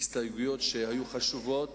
הסתייגויות שהיו חשובות,